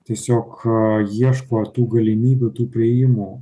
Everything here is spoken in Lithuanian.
tiesiog ieško tų galimybių tų priėjimų